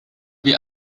wie